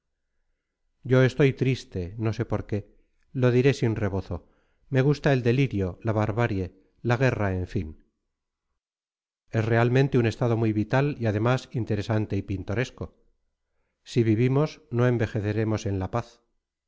yo estoy triste no sé por qué lo diré sin rebozo me gustaba el delirio la barbarie la guerra en fin es realmente un estado muy vital y además interesante y pintoresco si vivimos no envejeceremos en la paz